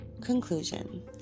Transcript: Conclusion